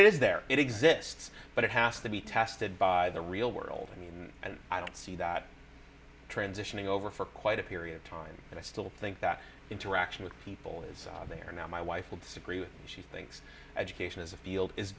is there it exists but it has to be tested by the real world and and i don't see that transitioning over for quite a period of time and i still think that interaction with people is there now my wife will disagree that she thinks education is a field is